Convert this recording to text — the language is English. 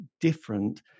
different